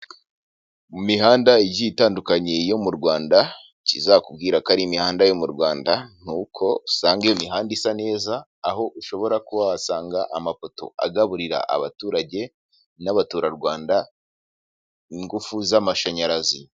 Mu mihanda igiye itandukanye yo mu Rwanda ikizakubwira ko ari imihanda yo mu Rwanda ni uko usanga iyo imihanda isa neza, aho ushobora kuhasanga amapoto agaburira abaturage n'abaturarwanda ingufu z'amashanyarazi.